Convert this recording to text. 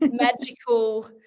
magical